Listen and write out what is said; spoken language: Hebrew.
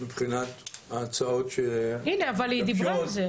מבחינת ההצעות --- הנה, אבל היא דיברה על זה.